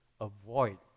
avoid